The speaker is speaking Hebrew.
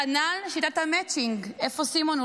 כנ"ל שיטת המצ'ינג, איפה סימון?